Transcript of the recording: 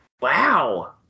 Wow